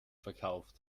verkauft